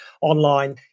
online